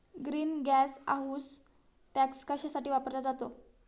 Green gas house tax कशासाठी वापरला जातो?